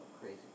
crazy